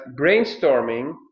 brainstorming